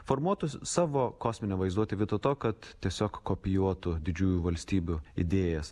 formuotų savo kosminę vaizduotę viso to kad tiesiog kopijuotų didžiųjų valstybių idėjas